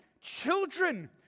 Children